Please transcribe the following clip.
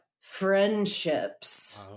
friendships